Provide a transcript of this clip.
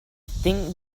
think